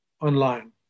online